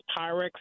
Pyrex